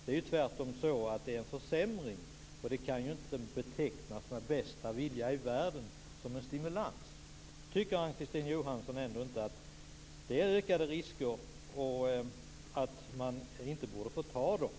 Det är ju tvärtom så att det är en försämring, och det kan ju inte med bästa vilja i världen betecknas som en stimulans. Tycker ändå inte Ann-Kristine Johansson att det är ökade risker och att man inte borde få ta dem?